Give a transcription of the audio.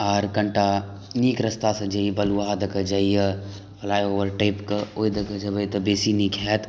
आओर कनिटा नीक रास्तासँ जाइए ई बलुआहा रास्ता दऽ कऽ जाइए फ्लाइओवर टपिकऽ ओहि दऽके जेबै तऽ बेसी नीक हैत